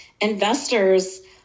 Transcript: investors